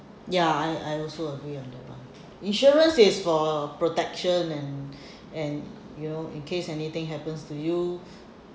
ya I I also agree on that insurance is for protection and and you know in case anything happens to you